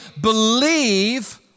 believe